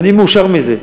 ואני מאושר מזה.